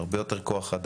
הרבה יותר כוח-אדם,